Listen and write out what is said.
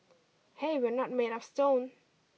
hey we're not made of stone